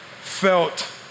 felt